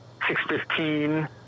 6.15